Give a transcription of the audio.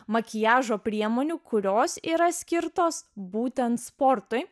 makiažo priemonių kurios yra skirtos būtent sportui